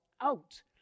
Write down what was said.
out